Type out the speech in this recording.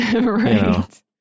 right